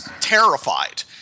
terrified